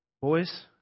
boys